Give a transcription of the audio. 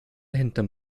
hinterm